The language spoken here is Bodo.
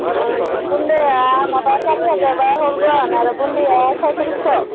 उम बुनदाया माबा सारि हाजारब्ला हरगोन आरो बुनदिया सयत्रिसस'